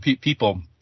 people